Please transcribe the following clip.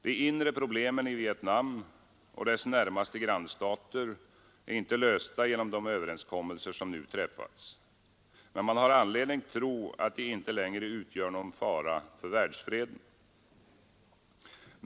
De inre problemen i Vietnam och dess närmaste grannstater är inte lösta genom de överenskommelser som nu träffats, men man har anledning tro att de inte längre utgör någon fara för världsfreden.